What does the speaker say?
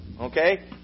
okay